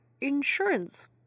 insurance